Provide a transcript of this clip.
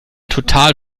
total